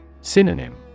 Synonym